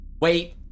Wait